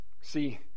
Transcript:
See